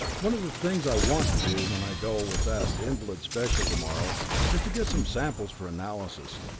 one of the things i want to do when i go with that invalid special tomorrow is to get some samples for analysis.